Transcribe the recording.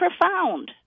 profound